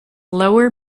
lower